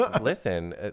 Listen